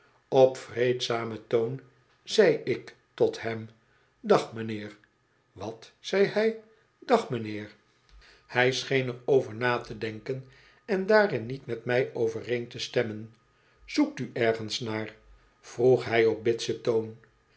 op vreedzamen toon zei ik tot hem dag m'nheer wat zei hij dag m'nheer hij scheen er over na te denkon en daarin niet met mij overeen te stemmen zoekt u ergens naar vroeg hij op